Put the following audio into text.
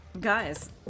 Guys